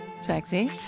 Sexy